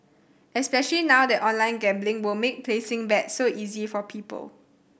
especially now that online gambling will make placing bets so easy for people